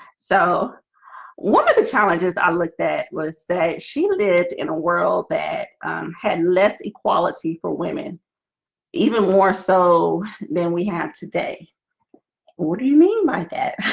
so one of the challenges i looked at was that she lived in a world that had less equality for women even more so than we have today what do you mean my that?